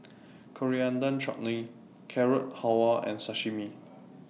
Coriander Chutney Carrot Halwa and Sashimi